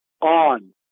on